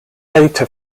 data